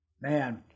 Man